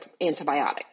antibiotic